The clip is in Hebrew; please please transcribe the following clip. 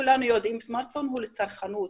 כולנו יודעים שהסמרטפון הוא לצרכנות,